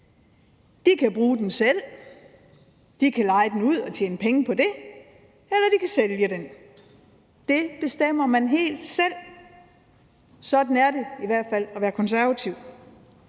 kan bruge den selv, leje den ud og tjene penge på det eller sælge den. Det bestemmer man helt selv. Sådan er det i hvert fald at være konservativ.